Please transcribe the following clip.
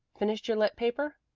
finished your lit. paper?